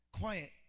quiet